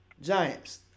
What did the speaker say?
Giants